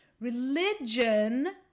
religion